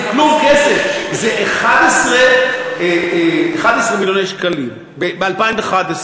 זה כלום כסף, זה 11 מיליוני שקלים ב-2015.